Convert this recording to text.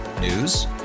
News